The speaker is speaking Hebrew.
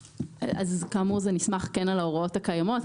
כאמור, זה נסמך על ההוראות הקיימות.